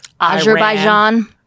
Azerbaijan